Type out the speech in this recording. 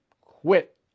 quit